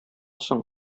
соң